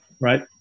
right